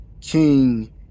King